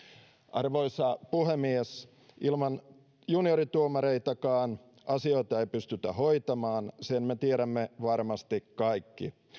arvoisa puhemies ilman juniorituomareitakaan asioita ei pystytä hoitamaan sen me tiedämme varmasti kaikki